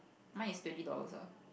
mine is twenty dollars lah